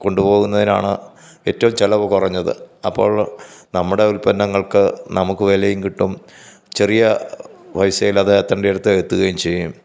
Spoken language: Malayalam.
കൊണ്ടുപോകുന്നതിനാണ് ഏറ്റവും ചെലവു കുറഞ്ഞത് അപ്പോൾ നമ്മടെ ഉല്പന്നങ്ങൾക്ക് നമുക്ക് വിലയും കിട്ടും ചെറിയ പൈസയിലത് എത്തേണ്ടിടത്ത് എത്തുകയും ചെയ്യും